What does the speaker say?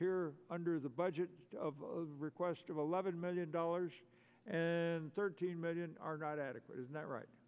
here under the budget of request of eleven million dollars thirteen million are not adequate is not right